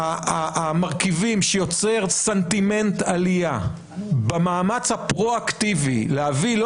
המרכיבים שיוצר סנטימנט עלייה במאמץ הפרואקטיבי להביא לא